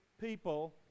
people